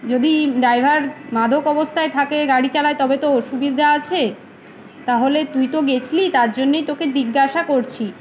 যদি ড্রাইভার মাদক অবস্থায় থাকে গাড়ি চালায় তবে তো অসুবিধা আছে তাহলে তুই তো গেছিলি তার জন্যেই তোকে জিজ্ঞাসা করছি